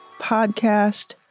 podcast